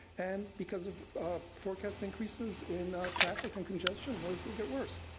and because of of forecast increases in traffic and congestion, noise will get worse.